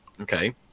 okay